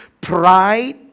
Pride